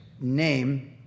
name